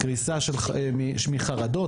קריסה מחרדות,